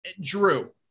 Drew